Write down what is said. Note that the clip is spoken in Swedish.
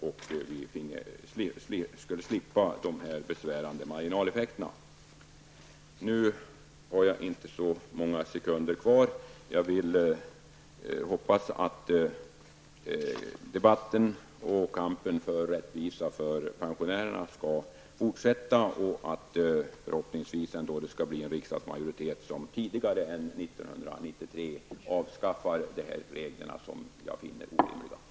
Vi skulle slippa dessa besvärande marginaleffekter. Nu har jag inte så många sekunder kvar. Jag hoppas att debatten och kampen för rättvisa för pensionärerna skall fortsätta. Förhoppningsvis skall det ändå bli en riksdagsmajoritet som avskaffar de här reglerna tidigare än 1993. Jag finner dem ohemula.